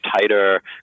tighter